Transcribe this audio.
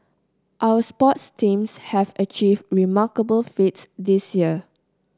our sports teams have achieved remarkable feats this year